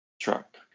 truck